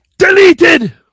Deleted